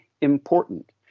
important